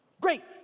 Great